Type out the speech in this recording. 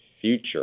future